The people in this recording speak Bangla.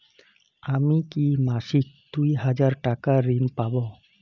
আমি কি মাসিক দুই হাজার টাকার ঋণ পাব?